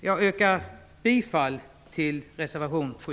Jag yrkar bifall till reservation 7.